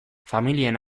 familien